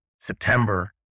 september